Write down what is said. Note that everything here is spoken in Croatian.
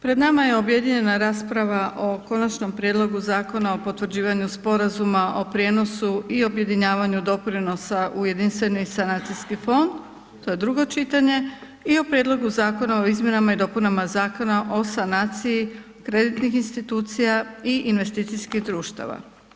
Pred nama je objedinjena rasprava o je Konačnom prijedlogu Zakona o potvrđivanju sporazuma o prijenosu i objedinjavanju doprinosa u jedinstveni sanacijski fond, to je drugo čitanje i o Prijedlogu zakona o izmjenama i dopunama Zakona o sanaciji kreditnih institucija i investicijskih društava.